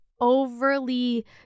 overly